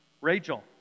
Rachel